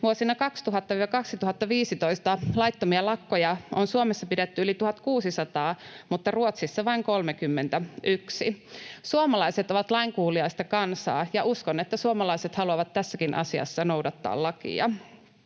vuosina 2000—2015 laittomia lakkoja on Suomessa pidetty yli 1 600 mutta Ruotsissa vain 31. Suomalaiset ovat lainkuuliaista kansaa, ja uskon, että suomalaiset haluavat tässäkin asiassa noudattaa lakia.